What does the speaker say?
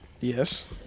Yes